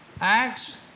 Acts